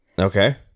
Okay